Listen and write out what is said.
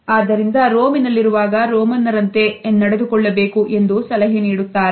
ಆದ್ದರಿಂದ ರೋಮಿನಲ್ಲಿರುವಾಗ ರೋಮನ್ನರ ಅಂತೆ ನಡೆದುಕೊಳ್ಳಬೇಕು ಎಂದು ಸಲಹೆ ನೀಡುತ್ತಾರೆ